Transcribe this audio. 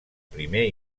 primer